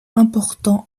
important